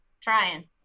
trying